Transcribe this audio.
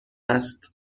است